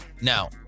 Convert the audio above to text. Now